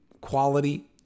quality